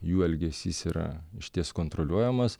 jų elgesys yra išties kontroliuojamas